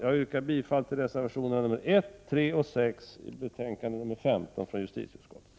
Jag yrkar bifall till reservationerna nr 1, 3 och 6 i betänkande nr 15 från justitieutskottet.